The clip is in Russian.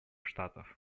штатов